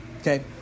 Okay